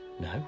No